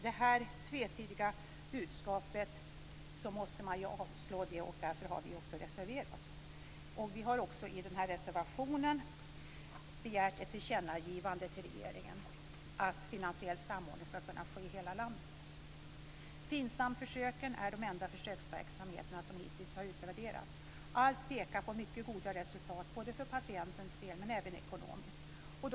Detta tvetydiga budskap måste man avslå, och därför har vi reserverat oss. Vi har också i denna reservation begärt ett tillkännagivande till regeringen om att finansiell samordning ska kunna ske i hela landet. FINSAM-försöken är de enda försöksverksamheterna som hittills har utvärderats. Allt pekar på mycket goda resultat både för patientens del och ekonomiskt.